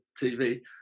TV